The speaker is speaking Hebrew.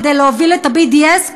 כדי להוביל את ה-BDS,